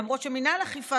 למרות שמינהל אכיפה,